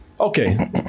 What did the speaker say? okay